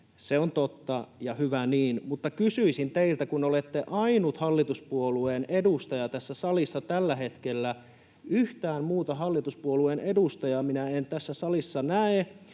Se on totta, ja hyvä niin. Mutta kysyisin teiltä, kun olette ainut hallituspuolueen edustaja tässä salissa tällä hetkellä — yhtään muuta hallituspuolueen edustajaa minä en tässä salissa näe